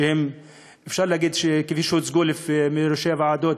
שאפשר לומר, כפי שהוצגו על-ידי ראשי הוועדות,